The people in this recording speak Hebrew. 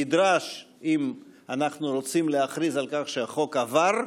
אם אנחנו רוצים להכריז על כך שהחוק עבר,